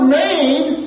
made